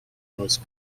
most